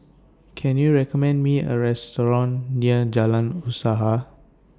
Can YOU recommend Me A Restaurant near Jalan Usaha